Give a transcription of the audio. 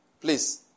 Please